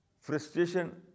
frustration